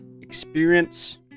experience